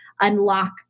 unlock